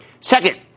Second